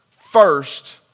first